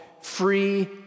free